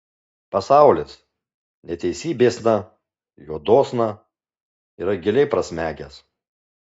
pasaulis neteisybėsna juodosna yra giliai prasmegęs